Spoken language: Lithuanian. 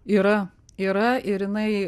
yra yra ir jinai